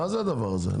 מה הדבר הזה?